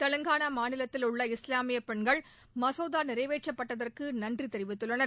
தெலங்கானா மாநிலத்தில் உள்ள இஸ்லாமிய பெண்கள் மசோதா நிறைவேற்றப்பட்டதற்கு நன்றி தெரிவித்குள்ளனர்